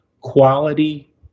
quality